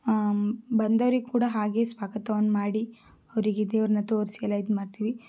ಬಂದವರಿಗೆ ಕೂಡ ಹಾಗೆ ಸ್ವಾಗತವನ್ನು ಮಾಡಿ ಅವರಿಗೆ ದೇವರನ್ನ ತೋರಿಸಿ ಎಲ್ಲ ಇದು ಮಾಡ್ತೀವಿ